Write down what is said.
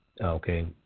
Okay